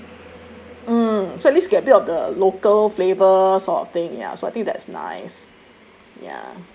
mm so at least get a bit of the local flavour sort of thing ya so I think that's nice